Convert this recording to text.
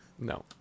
No